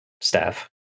staff